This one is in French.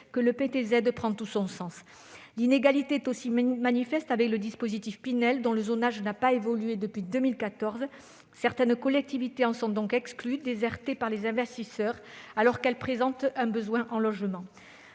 que le PTZ prend tout son sens. L'inégalité est aussi manifeste avec le dispositif Pinel, dont le zonage n'a pas évolué depuis 2014. Certaines collectivités en sont donc exclues, désertées par les investisseurs, alors qu'elles présentent un besoin en logements.